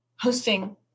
hosting